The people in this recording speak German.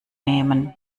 nehmen